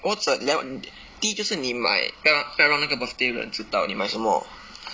或者你要第一就是你买不要不要让那个 birthday 的人知道你买什么